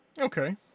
Okay